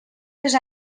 les